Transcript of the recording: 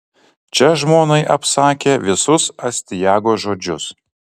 čia žmonai apsakė visus astiago žodžius